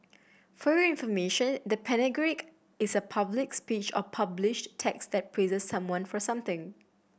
For Your Information the panegyric is a public speech or published text that praises someone for something